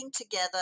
together